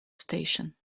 station